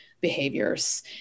behaviors